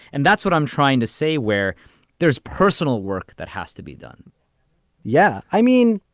and that's what i'm trying to say, where there's personal work that has to be done yeah. i mean,